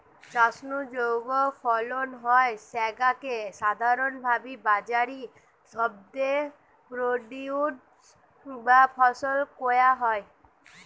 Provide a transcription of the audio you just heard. চাষ নু যৌ ফলন হয় স্যাগা কে সাধারণভাবি বাজারি শব্দে প্রোডিউস বা ফসল কয়া হয়